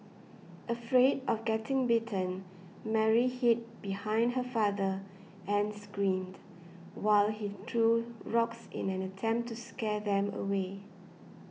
afraid of getting bitten Mary hid behind her father and screamed while he threw rocks in an attempt to scare them away